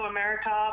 America